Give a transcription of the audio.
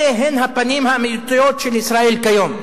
אלה הן הפנים האמיתיות של ישראל כיום,